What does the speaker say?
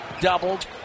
Doubled